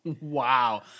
Wow